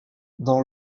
dans